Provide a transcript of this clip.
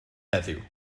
heddiw